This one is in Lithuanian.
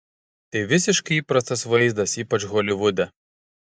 tai visiškai įprastas vaizdas ypač holivude